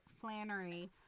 Flannery